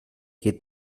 que